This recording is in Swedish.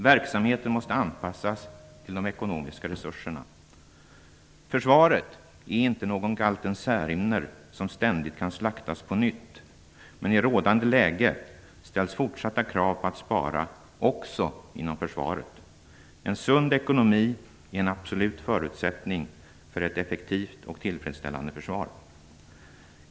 Verksamheten måste anpassas till de ekonomiska resurserna. Försvaret är inte någon galten Särimner som ständigt kan slaktas på nytt. Men i rådande läge ställs fortsatta krav på att spara också inom försvaret. En sund ekonomi är en absolut förutsättning för ett effektivt och tillfredsställande försvar.